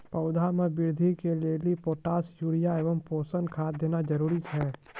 पौधा मे बृद्धि के लेली पोटास यूरिया एवं पोषण खाद देना जरूरी छै?